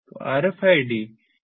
तो RFID कैसे काम करता है